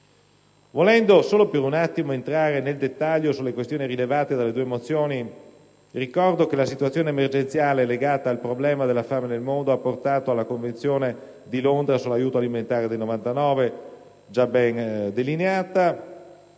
Volendo solo per un attimo entrare nel dettaglio delle questioni rilevate nelle due mozioni, ricordo che la situazione emergenziale legata al problema della fame nel mondo ha portato alla Convenzione di Londra sull'aiuto alimentare del 1999, già ben delineata,